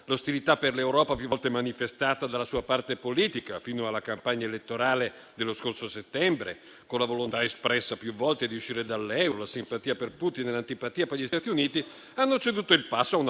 L'ostilità per l'Europa più volte manifestata dalla sua parte politica, fino alla campagna elettorale dello scorso settembre, con la volontà espressa più volte di uscire dall'euro, la simpatia per Putin e l'antipatia per gli Stati Uniti hanno ceduto il passo a una